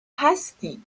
هستی